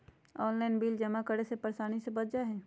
Online bill जमा करे से परेशानी से बच जाहई?